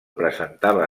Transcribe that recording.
presentava